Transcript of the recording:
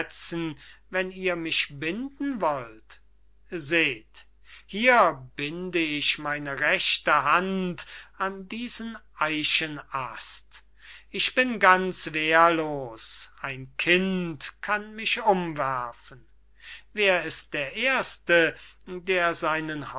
wenn ihr mich binden wollt seht hier bind ich meine rechte hand an diesen eichenast ich bin ganz wehrlos ein kind kann mich umwerfen wer ist der erste der seinen